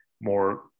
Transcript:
more